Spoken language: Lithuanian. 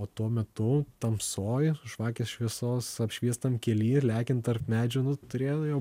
o tuo metu tamsoj žvakės šviesos apšviestam kely ir lekiant tarp medžių nu turėjo